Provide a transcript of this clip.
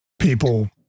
people